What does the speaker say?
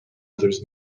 others